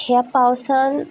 ह्या पावसान